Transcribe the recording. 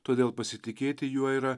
todėl pasitikėti juo yra